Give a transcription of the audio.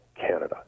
Canada